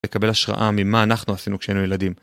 לקבל השראה ממה אנחנו עשינו כשהיינו ילדים.